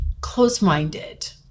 close-minded